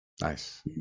Nice